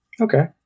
Okay